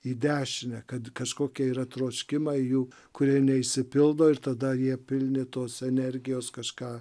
į dešinę kad kažkokia yra troškimai jų kurie neišsipildo ir tada jie pilni tos energijos kažką